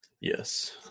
Yes